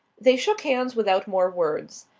they shook hands without more words.